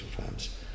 firms